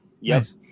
Yes